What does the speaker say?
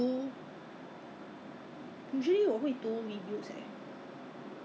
I thought I don't want what they're sorting so 不要告诉我是 you know it's the same thing on top of that